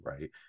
right